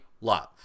love